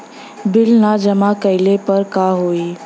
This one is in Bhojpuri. बिल न जमा कइले पर का होई?